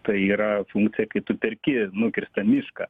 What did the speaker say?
tai yra funkcija kai tu perki nukirstą mišką